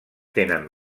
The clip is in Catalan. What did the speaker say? tenen